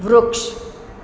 વૃક્ષ